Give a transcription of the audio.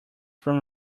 from